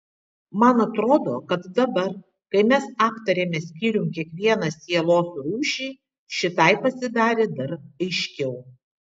man atrodo kad dabar kai mes aptarėme skyrium kiekvieną sielos rūšį šitai pasidarė dar aiškiau